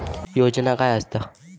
योजना काय आसत?